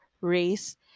race